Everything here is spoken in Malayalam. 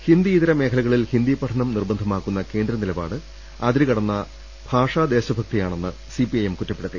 ഹിന്ദി ഇതര മേഖലകളിൽ ഹിന്ദി പഠനം നിർബന്ധമാക്കുന്ന കേന്ദ്രനി ലപാട് അതിരുകടന്ന ഭാഷാ ദേശഭക്തി യാണെന്ന് സി പി ഐ എം കുറ്റപ്പെടുത്തി